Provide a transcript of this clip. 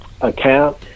account